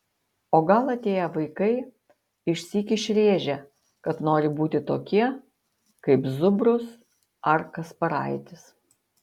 o gal atėję vaikai išsyk išrėžia kad nori būti tokie kaip zubrus ar kasparaitis